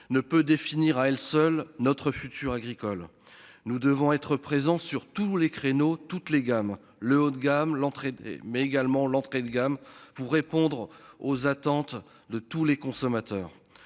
ne peut définir à elle seule notre futur agricole. Nous devons être présents sur tous les créneaux toutes les gammes le haut de gamme. L'entrée des mais également l'entrée de gamme pour répondre aux attentes de tous les consommateurs.